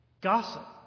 Gossip